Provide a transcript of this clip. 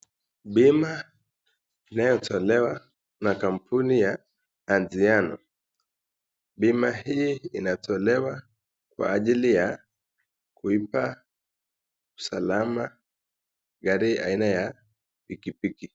Bima inayotolewa na kampuni antiano, bima hii inatolewa kwa ajili ya kumpa salami gari ya pikipiki.